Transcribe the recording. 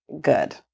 good